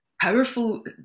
powerful